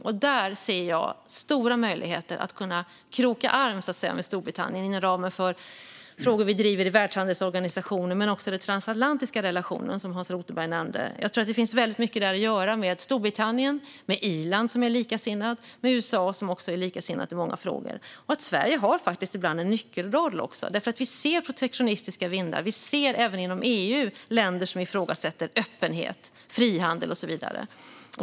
Jag ser stora möjligheter att kroka arm med Storbritannien när det gäller frågor vi driver i Världshandelsorganisationen men också inom ramen för den transatlantiska relationen, som Hans Rothenberg nämnde. Jag tror att det finns väldigt mycket att göra där med Storbritannien och med Irland och USA, som också är likasinnade i många frågor. Sverige har faktiskt ibland en nyckelroll. Vi ser protektionistiska vindar. Vi ser även inom EU länder som ifrågasätter öppenhet, frihandel och så vidare.